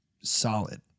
solid